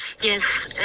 yes